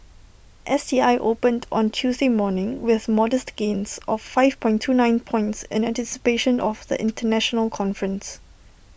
S T I opened on Tuesday morning with modest gains of five point two night points in anticipation of the International conference